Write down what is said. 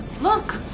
look